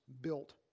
built